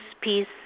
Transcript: Peace